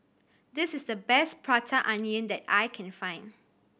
this is the best Prata Onion that I can find